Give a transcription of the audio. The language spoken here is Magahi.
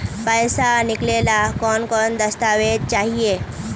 पैसा निकले ला कौन कौन दस्तावेज चाहिए?